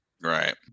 Right